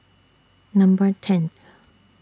Number tenth